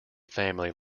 family